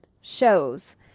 shows